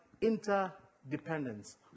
interdependence